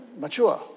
mature